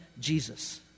Jesus